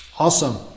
Awesome